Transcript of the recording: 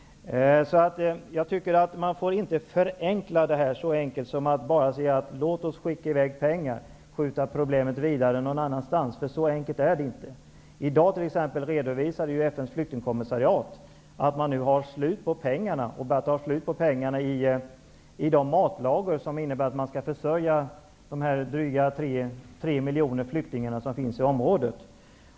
Man får inte göra det så enkelt för sig som att säga: Låt oss skicka i väg pengar och skjuta vidare problemet någon annanstans. Så enkelt är det inte. I dag redovisade FN:s flyktingkommissariat att man nu har slut på pengarna för de matlager som skall försörja dessa dryga tre miljoner flyktingar som finns i området.